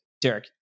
Derek